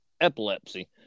epilepsy